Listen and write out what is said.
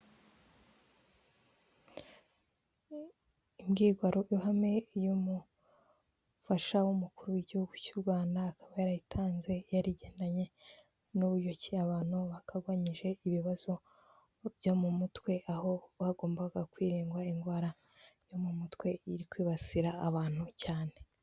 Imbwiruhame y'umufasha w'umukuru w'igihugu cy'u Rwanda, akaba yarayitanze yari igendanye n'uburyo ki abantu bagabanyije ibibazo byo mu mutwe, aho bagombaga kwirindwa indwara yo mu mutwe iri kwibasira abantu cyane.